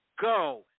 go